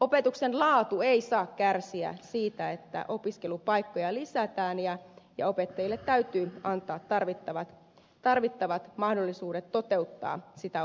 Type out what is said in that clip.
opetuksen laatu ei saa kärsiä siitä että opiskelupaikkoja lisätään ja opettajille täytyy antaa tarvittavat mahdollisuudet toteuttaa sitä opetusta